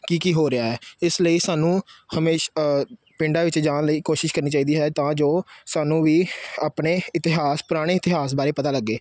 ਕੀ ਕੀ ਹੋ ਰਿਹਾ ਇਸ ਲਈ ਸਾਨੂੰ ਹਮੇਸ਼ ਪਿੰਡਾਂ ਵਿੱਚ ਜਾਣ ਲਈ ਕੋਸ਼ਿਸ਼ ਕਰਨੀ ਚਾਹੀਦੀ ਹੈ ਤਾਂ ਜੋ ਸਾਨੂੰ ਵੀ ਆਪਣੇ ਇਤਿਹਾਸ ਪੁਰਾਣੇ ਇਤਿਹਾਸ ਬਾਰੇ ਪਤਾ ਲੱਗੇ